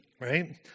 right